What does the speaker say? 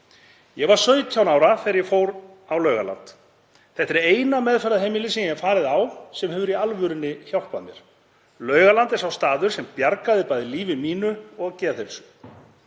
„Ég var 17 ára þegar ég fór á Laugaland. Þetta er eina meðferðarheimilið sem ég hef farið á sem hefur í alvörunni hjálpað mér. Laugaland er sá staður sem bjargaði bæði lífi mínu og geðheilsu.“